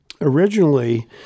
originally